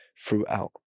throughout